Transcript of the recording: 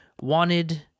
Wanted